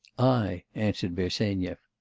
i, answered bersenyev.